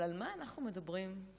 אבל על מה אנחנו מדברים הערב,